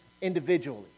individually